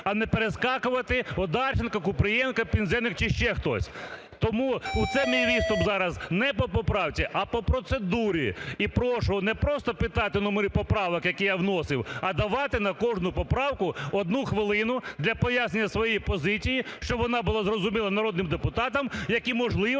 а не перескакувати: Одарченко, Купрієнко, Пинзеник чи ще хтось. Тому оцей мій виступ зараз не по поправці, а по процедурі. І прошу не просто питати номери поправок, які я вносив, а давати на кожну поправку одну хвилину для пояснення своєї позиції, щоб вона була зрозуміла народним депутатам, які, можливо,